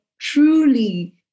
truly